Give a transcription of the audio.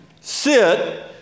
sit